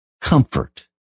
comfort